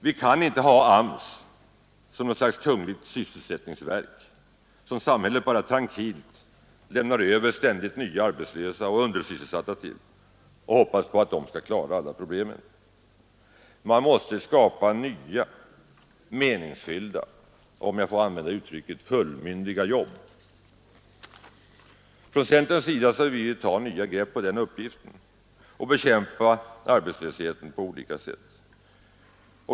Vi kan inte ha AMS som något kungligt sysselsättningsverk, till vilket samhället bara trankilt lämnar över ständigt nya arbetslösa och undersysselsatta och hoppas att det skall lösa alla problem. Man måste skapa nya meningsfyllda och, om jag får använda det uttrycket, fullmyndiga jobb. Centern vill ta nya grepp på denna uppgift och bekämpa arbetslösheten på olika sätt.